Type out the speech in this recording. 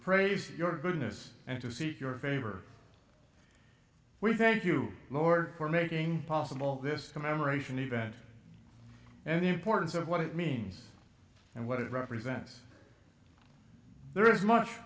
praise your goodness and to seek your favor we thank you lord for making possible this commemoration event and the importance of what it means and what it represents there is much